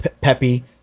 Peppy